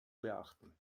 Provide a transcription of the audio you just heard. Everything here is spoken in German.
beachten